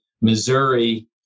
Missouri